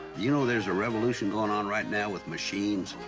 you know there's a revolution going on right now with machines?